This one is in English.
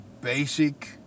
basic